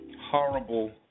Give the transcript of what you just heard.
horrible